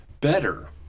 better